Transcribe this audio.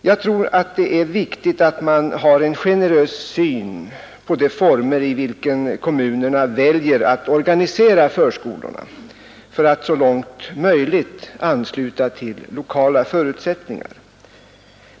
Jag tror att det är viktigt att man har en generös syn på de former i vilka kommunerna väljer att organisera förskolorna för att så långt möjligt ansluta till lokala förutsättningar.